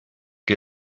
que